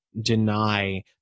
deny